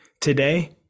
today